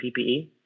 PPE